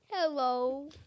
Hello